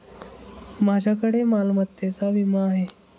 माझ्याकडे मालमत्तेचा विमा आहे